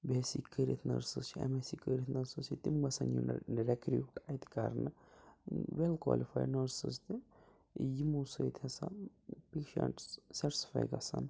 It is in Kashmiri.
بی ایٚس سی کٔرِتھ نٔرسہٕ چھِ ایٚم ایٚس سی کٔرِتھ نٔرسہٕ چھِ تِم ہسا یِن ریٚکریٛوٗٹ اَتہِ کَرنہٕ ویٚل کوٛالِفایڈ نٔرسِز تہِ یِمو سۭتۍ ہَسا پیشَنٛٹٕس سیٚٹٕسفاے گَژھہٕ ہان